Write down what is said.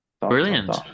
Brilliant